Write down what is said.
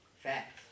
Fact